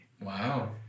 Wow